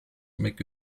make